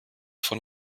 von